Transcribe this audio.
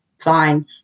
fine